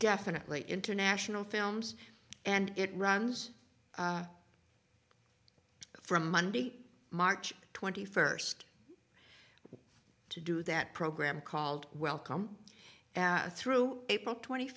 definitely international films and it runs from monday march twenty first to do that program called welcome through april twenty